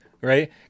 right